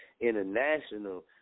international